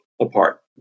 apart